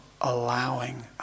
allowing